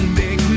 big